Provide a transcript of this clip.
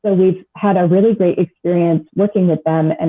ah we had a really great experience looking at them, and